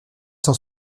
cent